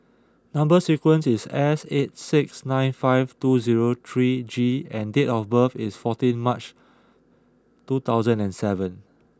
number sequence is S eight six nine five two zero three G and date of birth is fourteen March two thousand and seven